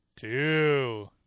Two